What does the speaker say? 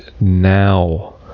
now